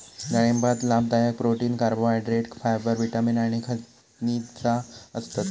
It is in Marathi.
डाळिंबात लाभदायक प्रोटीन, कार्बोहायड्रेट, फायबर, विटामिन आणि खनिजा असतत